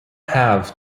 have